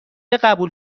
قبول